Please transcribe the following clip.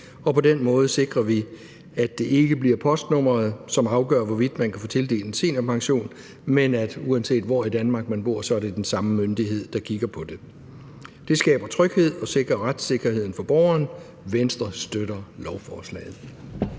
på den måde sikrer vi, at det ikke bliver postnummeret, som afgør, hvorvidt man kan få tildelt en seniorpension, men uanset hvor i Danmark man bor, er det den samme myndighed, der kigger på det. Det skaber tryghed og sikrer retssikkerheden for borgeren. Venstre støtter lovforslaget.